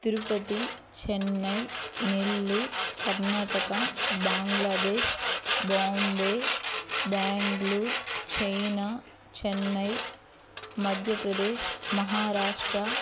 Tirupati Chennai Nellore Karnataka Bangladesh Bombay Bengaluru China Chennai Madhya Pradesh Maharashtra